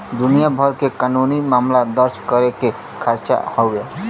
दुनिया भर के कानूनी मामला दर्ज करे के खांचा हौ